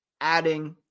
adding